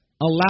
allow